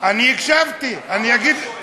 למה לא עושים את זה כהוראה קבועה על-פי חוק?